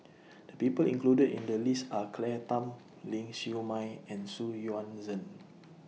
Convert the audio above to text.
The People included in The list Are Claire Tham Ling Siew May and Xu Yuan Zhen